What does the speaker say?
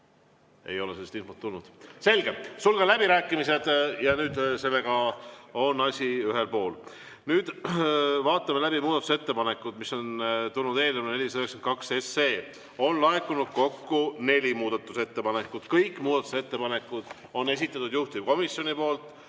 ei ole sellist infot tulnud. Selge. Sulgen läbirääkimised ja nüüd on sellega asi ühel pool. Nüüd vaatame läbi muudatusettepanekud, mis on tehtud eelnõule 492. Kokku on laekunud neli muudatusettepanekut. Kõik muudatusettepanekud on esitatud juhtivkomisjoni poolt